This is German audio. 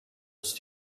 ist